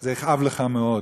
שזה יכאב לך מאוד.